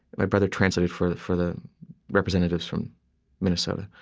my brother translated for for the representatives from minnesota.